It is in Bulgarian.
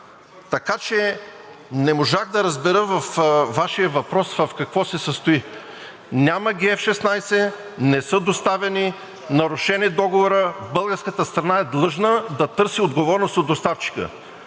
Така че не можах да разбера Вашият въпрос в какво се състои. Няма ги F-16, не са доставени, нарушен е договорът. Българската страна е длъжна да търси отговорност от доставчика!